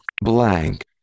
Blank